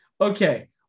Okay